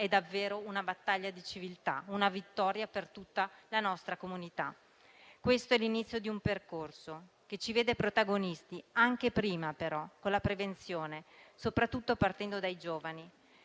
è davvero una battaglia di civiltà, una vittoria per tutta la nostra comunità. Questo è l'inizio di un percorso che ci vede protagonisti, anche prima però, con la prevenzione, soprattutto partendo dai giovani.